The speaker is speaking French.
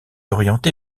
orienté